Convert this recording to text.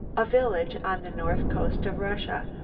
a village on the north coast of russia.